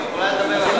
היא יכולה לדבר עליו.